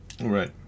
Right